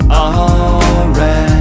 alright